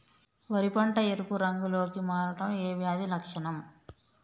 వరి పంట ఎరుపు రంగు లో కి మారడం ఏ వ్యాధి లక్షణం?